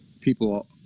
people